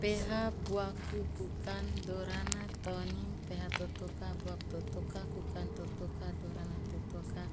Peha, buaku, kukan, dorana, taonim, peha totoka, buak totoka, kukan totoka, doran totoka,